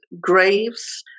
graves